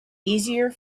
easier